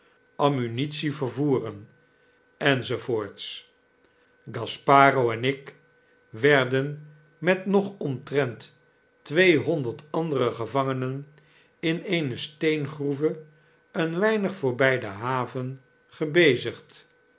ammunitie vervoeren enz gasparo en ik werden met nog omtrent tweehonderd andere gevangenen in eene steengroeve een weinig voorbjj de haven gebezigd